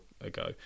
ago